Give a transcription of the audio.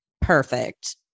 perfect